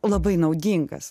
labai naudingas